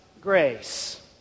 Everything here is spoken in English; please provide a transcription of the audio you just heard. grace